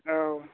औ